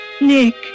Nick